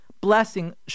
blessing